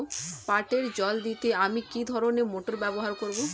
পাটে জল দিতে আমি কি ধরনের মোটর ব্যবহার করব?